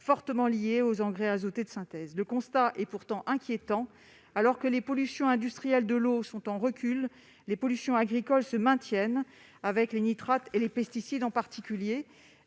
fortement liées aux engrais azotés de synthèse. Le constat est inquiétant : alors que les pollutions industrielles de l'eau sont en recul, les pollutions agricoles se maintiennent, en particulier avec les nitrates et les pesticides. L'objet